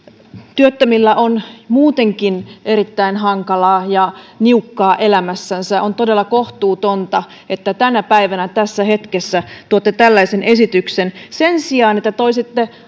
työttömillä on muutenkin erittäin hankalaa ja niukkaa elämässänsä on todella kohtuutonta että tänä päivänä tässä hetkessä tuotte tällaisen esityksen sen sijaan että toisitte